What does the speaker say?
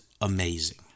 amazing